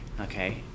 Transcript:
okay